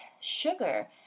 Sugar